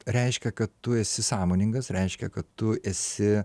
reiškia kad tu esi sąmoningas reiškia kad tu esi